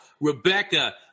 Rebecca